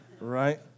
Right